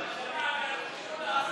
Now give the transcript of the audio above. התיאבון.